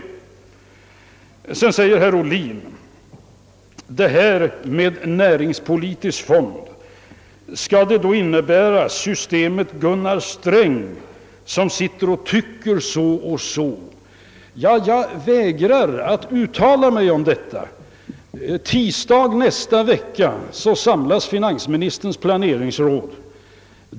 Sedan frågar herr Ohlin: Detta med en näringspolitisk fond — skall det innebära systemet Gunnar Sträng som sitter och tycker så och så? Ja, jag vägrar att uttala mig om detta. På tisdag i nästa vecka samlas finansministerns planeringsråd.